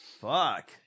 fuck